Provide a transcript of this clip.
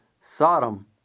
Sodom